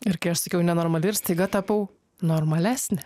ir kai aš sakiau nenormali ir staiga tapau normalesnė